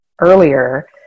earlier